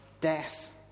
death